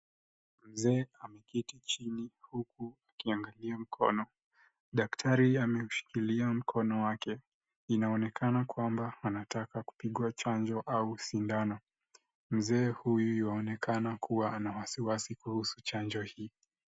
Mzee ameketi chini huku akiangalia mkono. Daktari amemshikilia mkono wake. Inaonekana kwamba anataka kupigwa chanjo au sindano. Mzee huyu yuaonekana kuwa ana wasiwasi kuhusu chanjo hii.